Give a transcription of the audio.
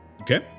Okay